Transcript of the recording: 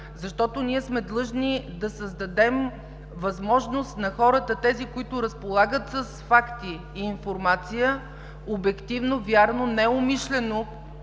защото ние сме длъжни да създадем възможност на хората – тези, които разполагат с факти и информация, обективно, вярно, неумишлено